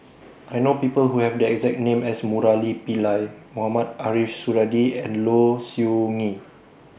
I know People Who Have The exact name as Murali Pillai Mohamed Ariff Suradi and Low Siew Nghee